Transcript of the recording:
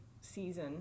season